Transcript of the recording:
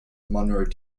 munro